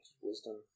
Wisdom